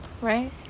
right